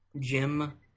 Jim